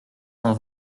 cent